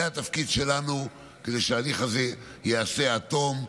זה התפקיד שלנו, כדי שההליך הזה ייעשה עד תום.